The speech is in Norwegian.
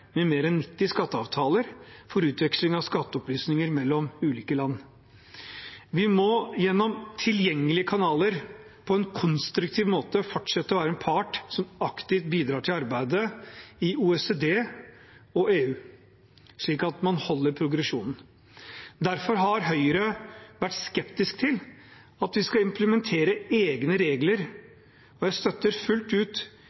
med mer enn 90 skatteavtaler for utveksling av skatteopplysninger mellom ulike land. Vi må gjennom tilgjengelige kanaler på en konstruktiv måte fortsette å være en part som aktivt bidrar til arbeidet i OECD og EU, slik at man holder progresjonen. Derfor har Høyre vært skeptisk til at vi skal implementere egne regler, og jeg støtter fullt ut